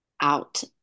out